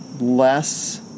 less